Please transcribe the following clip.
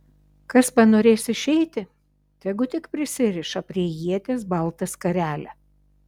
kas panorės išeiti tegu tik prisiriša prie ieties baltą skarelę